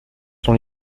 sont